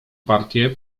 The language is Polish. partię